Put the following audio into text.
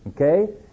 Okay